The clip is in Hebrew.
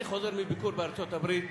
אני חוזר מביקור בארצות-הברית,